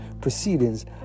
proceedings